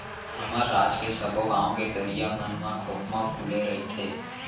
हमर राज के सबो गॉंव के तरिया मन म खोखमा फूले रइथे